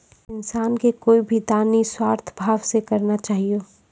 इंसान के कोय भी दान निस्वार्थ भाव से करना चाहियो